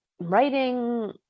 writing